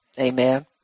Amen